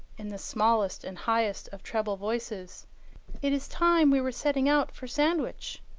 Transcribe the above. in the smallest and highest of treble voices it is time we were setting out for sandwich.